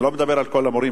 אני לא מדבר על כל המורים,